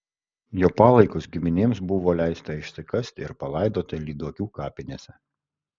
jo palaikus giminėms buvo leista išsikasti ir palaidoti lyduokių kapinėse